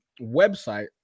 website